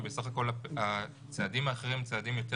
כי בסך הכול הצעדים האחרים הם צעדים יותר